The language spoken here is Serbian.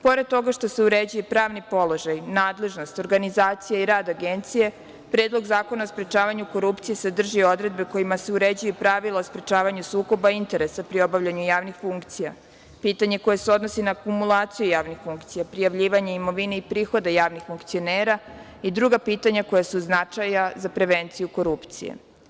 Pored toga što se uređuje i pravni položaj, nadležnost, organizacija i rad Agencije, Predlog zakona o sprečavanju korupcije sadrži odredbe kojima se uređuje pravilo o sprečavanju sukoba interesa pri obavljanju javnih funkcija, pitanje koje se odnosi na kumulaciju javnih funkcija, prijavljivanje imovine i prihoda javnih funkcionera i drugih pitanja koja su od značaja za prevenciju korupcije.